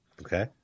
Okay